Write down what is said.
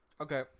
Okay